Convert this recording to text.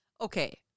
Okay